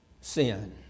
Sin